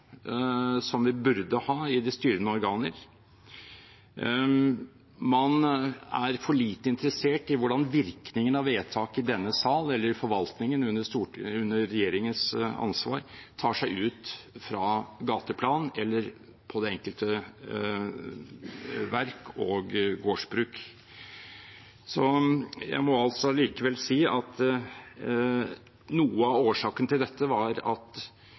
som vi burde ha i de styrende organer. Man er for lite interessert i hvordan virkningen av vedtak i denne sal eller i forvaltningen under regjeringens ansvar tar seg ut fra gateplan eller på det enkelte verk og gårdsbruk. Jeg må likevel si at noe av årsaken til dette er at